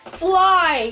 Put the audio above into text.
fly